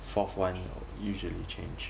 fourth one usually change